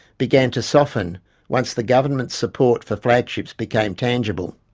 began to soften once the government's support for flagships became tangible.